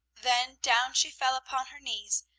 then down she fell upon her knees,